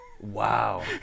Wow